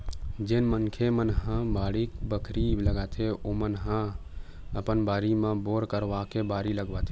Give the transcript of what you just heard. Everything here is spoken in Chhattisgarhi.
जेन मनखे मन ह बाड़ी बखरी लगाथे ओमन ह अपन बारी म बोर करवाके बारी लगावत